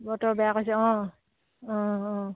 বতৰ বেয়া কৰিছে অঁ অঁ অঁ